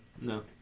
No